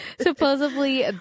Supposedly